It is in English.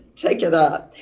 take it up!